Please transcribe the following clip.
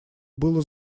было